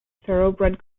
thoroughbred